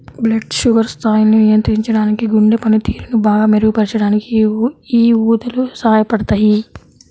blood sugar స్థాయిల్ని నియంత్రించడానికి, గుండె పనితీరుని బాగా మెరుగుపరచడానికి యీ ఊదలు సహాయపడతయ్యి